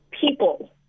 people